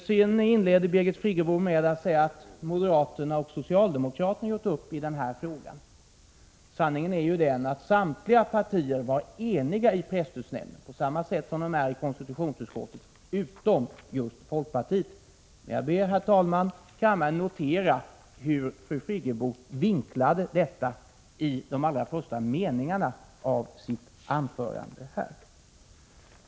Birgit Friggebo inledde sitt anförande med att säga att moderaterna och socialdemokraterna gjort upp i denna fråga. Sanningen är ju den att samtliga partier utom just folkpartiet var eniga i presstödsnämnden, på samma sätt som de är det i konstitutionsutskottet. Jag ber, herr talman, kammaren notera hur fru Friggebo vinklade detta i de allra första meningarna i sitt anförande.